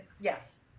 yes